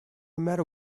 matter